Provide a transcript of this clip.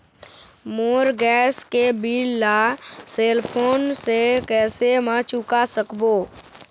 मोर gas के bill ला cell phone से कैसे म चुका सकबो?